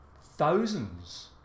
thousands